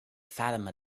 fatima